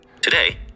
Today